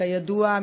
כידוע,